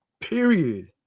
period